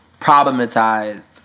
problematized